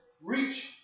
reach